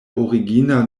origina